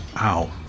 Ow